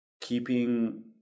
keeping